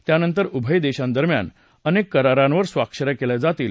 त्यानंतर उभय देशांदरम्यान अनेक करारांवर स्वाक्षऱ्या केल्या जातील